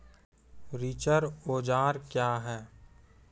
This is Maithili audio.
रिचर औजार क्या हैं?